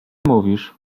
mówisz